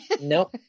Nope